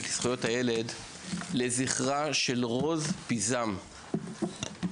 לזכויות הילד לזכרה של רוז פיזם ז"ל,